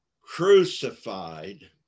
crucified